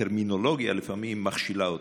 הטרמינולוגיה לפעמים מכשילה אותנו,